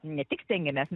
ne tik stengiamės